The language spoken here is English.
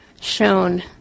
shown